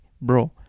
bro